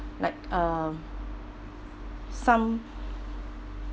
like um some